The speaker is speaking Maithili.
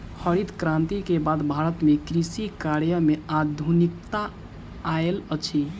हरित क्रांति के बाद भारत में कृषि कार्य में आधुनिकता आयल अछि